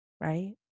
right